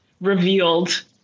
revealed